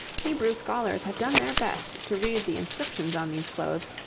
hebrew scholars have done their best to read the inscriptions on these clothes,